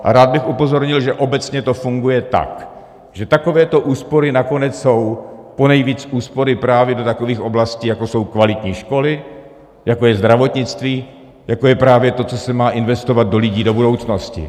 A rád bych upozornil, že obecně to funguje tak, že takovéto úspory nakonec jsou ponejvíc úspory právě do takových oblastí, jako jsou kvalitní školy, jako je zdravotnictví, jako je právě to, co se má investovat do lidí, do budoucnosti.